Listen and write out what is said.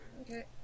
Okay